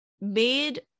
made